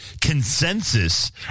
consensus